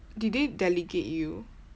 did they delegate you